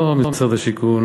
לא משרד השיכון,